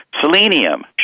Selenium